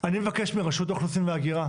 אני מבקש מרשות האוכלוסין וההגירה,